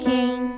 KING